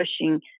pushing